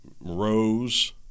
rows